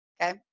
okay